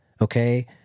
okay